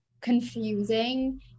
confusing